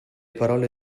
parole